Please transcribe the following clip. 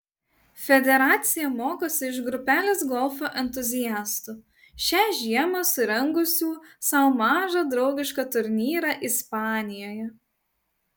federacija mokosi iš grupelės golfo entuziastų šią žiemą surengusių sau mažą draugišką turnyrą ispanijoje